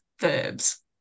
verbs